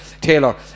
Taylor